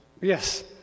Yes